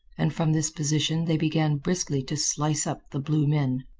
and from this position they began briskly to slice up the blue men.